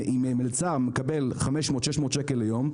אם מלצר מקבל 500-600 שקל ביום,